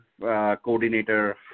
coordinator